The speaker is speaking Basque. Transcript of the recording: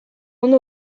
ondo